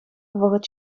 вӑхӑт